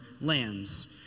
lands